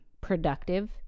productive